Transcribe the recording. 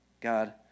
God